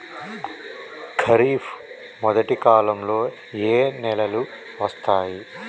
ఖరీఫ్ మొదటి కాలంలో ఏ నెలలు వస్తాయి?